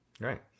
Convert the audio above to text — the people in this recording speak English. Right